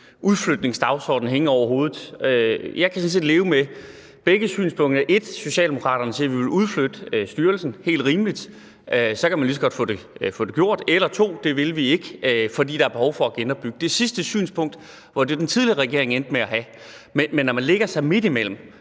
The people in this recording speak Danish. udflytningsdagsorden hængende over hovedet. Jeg kan sådan set godt leve med begge synspunkter, som er, at Socialdemokraterne som punkt 1 siger, at man vil udflytte styrelsen – helt rimeligt, så kan man lige så godt få det gjort – og som punkt 2, at det vil man ikke, fordi der er behov for at genopbygge. Det sidste synspunkt var jo det, den tidligere regering endte med at have. Men man lægger sig midt imellem